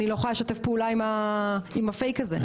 אני לא יכולה לשתף פעולה עם הפייק הזה.